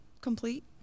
complete